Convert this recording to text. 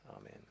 Amen